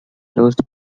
lose